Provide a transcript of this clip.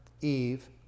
Eve